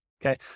Okay